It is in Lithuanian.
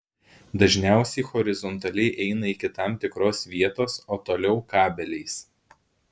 dažniausiai horizontaliai eina iki tam tikros vietos o toliau kabeliais